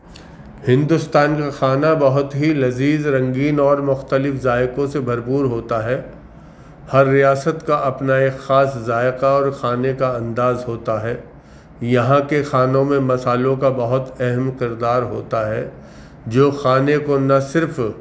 ہندوستان کا کھانا بہت ہی لذیذ رنگین اور مختلف ذائقوں سے بھرپور ہوتا ہے ہر ریاست کا اپنا ایک خاص ذائقہ اور کھانے کا انداز ہوتا ہے یہاں کے کھانوں میں مسالوں کا بہت اہم کردار ہوتا ہے جو کھانے کو نہ صرف